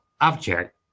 object